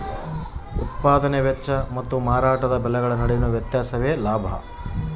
ಉತ್ಪದಾನೆ ವೆಚ್ಚ ಮತ್ತು ಮಾರಾಟದ ಬೆಲೆಗಳ ನಡುವಿನ ವ್ಯತ್ಯಾಸವೇ ಲಾಭ